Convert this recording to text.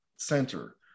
Center